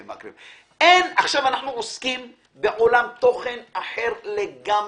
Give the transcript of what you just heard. עכשיו אנחנו עוסקים בעולם תוכן אחר לגמרי.